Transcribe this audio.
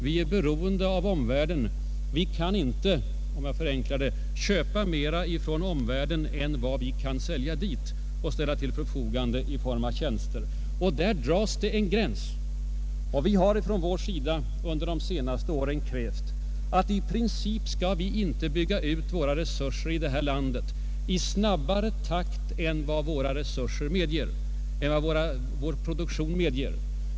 Vi är beroende av omvärlden, vi kan inte — om jag förenklar resonemanget — köpa mera från omvärlden än vad vi kan sälja dit och ställa till förfogande i form av tjänster. Där dras det en gräns. Vi har från vår sida under de senaste åren krävt att den offentliga sektorn i princip inte skall öka i snabbare takt än vad våra produktiva resurser medger.